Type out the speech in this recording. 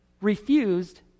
refused